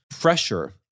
pressure